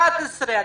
11,000,